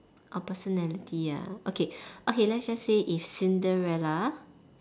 our personality ah okay okay let's just say if Cinderella